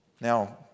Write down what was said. now